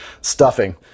stuffing